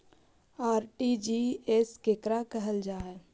RTGS केकरा कहल जा है?